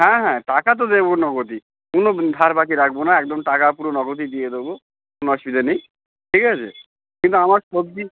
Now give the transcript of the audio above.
হ্যাঁ হ্যাঁ টাকা তো দেবো নগদই কোনো ধার বাকি রাখবো না একদম টাকা পুরো নগদই দিয়ে দোবো কোনো অসুবিধা নেই ঠিক আছে কিন্তু আমার সবজি